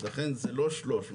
אז לכן זה לא 300,